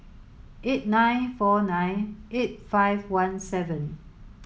eight nine four nine eight five one seven